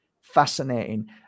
fascinating